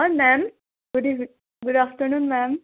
হয় ma'am good eve good afternoon ma'am